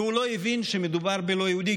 והוא לא הבין שמדובר בלא יהודי,